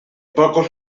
pocos